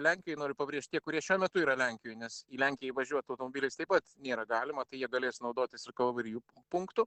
lenkijoj noriu pabrėžt tie kurie šiuo metu yra lenkijoj nes į lenkiją įvažiuot automobiliais taip pat nėra galima tai jie galės naudotis ir kalvarijų punktu